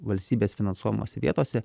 valstybės finansuojamose vietose